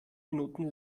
minuten